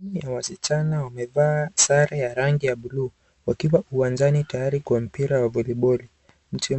Timu ya wasichana wamevaa sare ya rangi ya bluu, wakiwa uwanjani tayari kwa mpira wa voliboli.